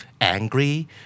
angry